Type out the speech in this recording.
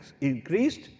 increased